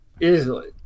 easily